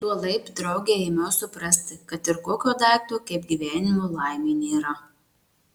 tuolaik drauge ėmiau suprasti kad ir tokio daikto kaip gyvenimo laimė nėra